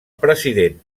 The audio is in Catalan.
president